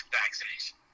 vaccination